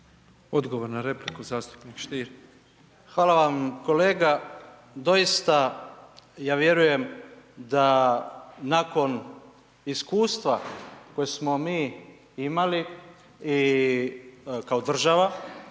Davor Ivo (HDZ)** Hvala vam kolega. Doista ja vjerujem da nakon iskustva koje smo mi imali i kako država